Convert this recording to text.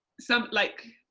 some like,